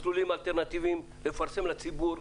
מסלולים אלטרנטיביים, לפרסם לציבור.